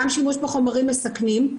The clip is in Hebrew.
גם שימוש בחומרים מסכנים,